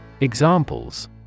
Examples